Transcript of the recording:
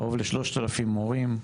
קרוב ל-3,000 מורים,